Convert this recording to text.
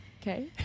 Okay